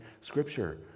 scripture